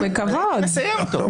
בבקשה.